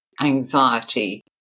anxiety